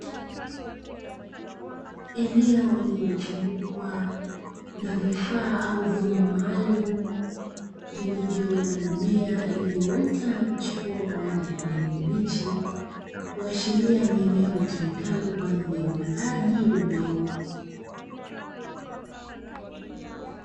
Eneo lililozungukwa na vifaa au vyombo maalumu vilivyo na mimea iliyoota na kuchipua kwa rangi ya kijani kibichi, kuashiria ni eneo litumikalo kwa ajili ya upandaji wa mbegu.